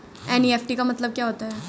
NEFT का मतलब क्या होता है?